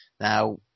Now